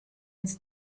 its